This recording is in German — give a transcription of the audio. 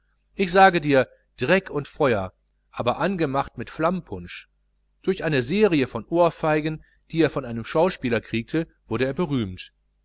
ich sage dir dreck und feuer aber angemacht mit flammpunsch durch eine serie von ohrfeigen die er von einem schauspieler kriegte wurde er berühmt